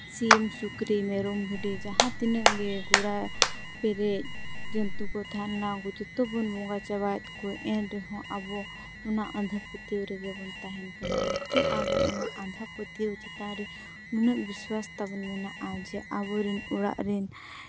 ᱥᱤᱢ ᱥᱩᱠᱨᱤ ᱢᱮᱨᱚᱢ ᱵᱷᱤᱰᱤ ᱡᱟᱦᱟᱸ ᱛᱤᱱᱟᱹᱜ ᱜᱮ ᱜᱳᱲᱟ ᱯᱮᱨᱮᱡ ᱡᱚᱱᱛᱩ ᱠᱚ ᱛᱟᱦᱮᱸ ᱞᱮᱱᱟ ᱩᱱᱠᱩ ᱡᱚᱛᱚ ᱵᱚᱱ ᱵᱚᱸᱜᱟ ᱪᱟᱵᱟᱭᱮᱫ ᱠᱚᱣᱟ ᱮᱱ ᱨᱮᱦᱚᱸ ᱟᱵᱚ ᱚᱱᱟ ᱟᱸᱫᱷᱟ ᱯᱟᱹᱛᱭᱟᱹᱣ ᱨᱮᱜᱮ ᱵᱚᱱ ᱛᱟᱦᱮᱱ ᱠᱟᱱᱟ ᱚᱱᱟᱛᱮ ᱟᱵᱚ ᱚᱱᱟ ᱟᱸᱫᱷᱟ ᱯᱟᱹᱛᱭᱟᱹᱣ ᱪᱮᱛᱟᱱ ᱨᱮ ᱱᱩᱱᱟᱹᱜ ᱵᱤᱥᱣᱟᱥ ᱛᱟᱵᱚᱱ ᱢᱮᱱᱟᱜᱼᱟ ᱡᱮ ᱟᱵᱚ ᱨᱮᱱ ᱚᱲᱟᱜ ᱨᱤᱱ